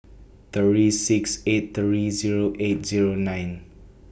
three six eight three Zero eight Zero nine